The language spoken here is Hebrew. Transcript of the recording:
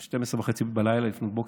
ב-24:30,